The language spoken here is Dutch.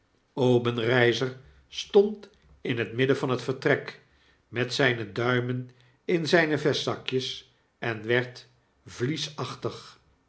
obenreizer stond in het midden van het vertrek met zijne duimen in zyne vestzakjes en werd vliesachtig